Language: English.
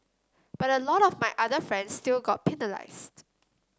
but a lot of my other friends still got penalised